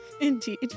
Indeed